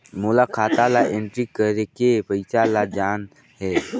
मोला खाता ला एंट्री करेके पइसा ला जान हे?